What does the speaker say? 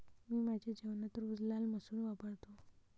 मी माझ्या जेवणात रोज लाल मसूर वापरतो